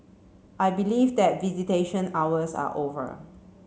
I believe that visitation hours are over